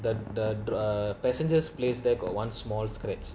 the the the passenger's place there got one small scratch